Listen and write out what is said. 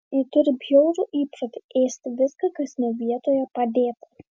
ji turi bjaurų įprotį ėsti viską kas ne vietoje padėta